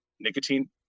nicotine